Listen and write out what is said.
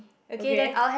okay